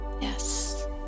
yes